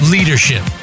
Leadership